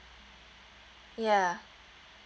ya